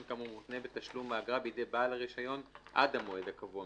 כאמור מותנה בתשלום האגרה בידי בעל הרישיון עד המועד הקבוע,